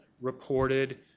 reported